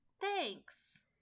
thanks